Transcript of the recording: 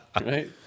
right